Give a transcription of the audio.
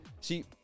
See